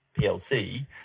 PLC